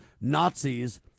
nazis